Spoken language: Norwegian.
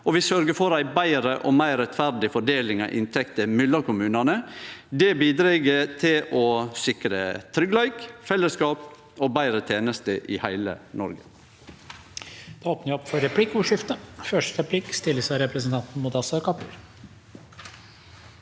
vi sørgjer for ei betre og meir rettferdig fordeling av inntekter mellom kommunane. Det bidreg til å sikre tryggleik, fellesskap og betre tenester i heile Noreg.